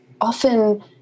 often